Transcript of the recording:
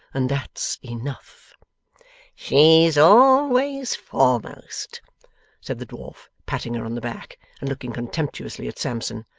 and that's enough she's always foremost said the dwarf, patting her on the back and looking contemptuously at sampson.